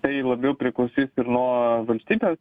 tai labiau priklausys ir nuo valstybės